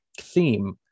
theme